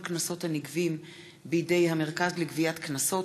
קנסות הנגבים בידי המרכז לגביית קנסות,